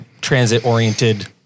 transit-oriented